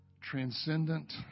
transcendent